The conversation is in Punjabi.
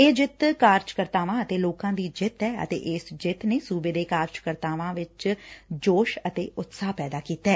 ਇਹ ਜਿੱਤ ਕਾਰਜਕਰਤਾਵਾਂ ਅਤੇ ਲੋਕਾਂ ਦੀ ਜਿੱਤ ਐ ਅਤੇ ਇਸ ਜਿੱਤ ਨੇ ਸੁਬੇ ਦੇ ਕਾਰਜ ਕਰਤਾਵਾਂ ਵਿਚੋਂ ਜੋਸ਼ ਅਤੇ ਉਤਸ਼ਾਹ ਪੈਦਾ ਕੀਤੈ